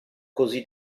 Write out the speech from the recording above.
così